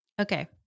Okay